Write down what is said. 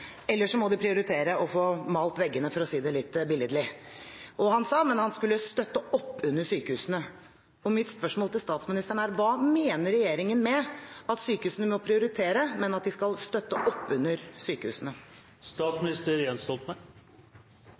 å få malt veggene, for å si det litt billedlig. Men han sa at han skulle støtte opp under sykehusene. Mitt spørsmål til statsministeren er: Hva mener regjeringen med at sykehusene må prioritere, men at den skal støtte opp under